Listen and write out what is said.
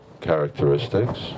characteristics